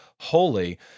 holy